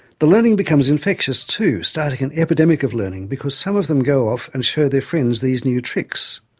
the learning becomes infectious, too, starting an epidemic of learning, because some of them go off and show their friends these new tricks.